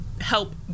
help